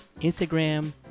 instagram